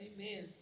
Amen